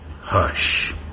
hush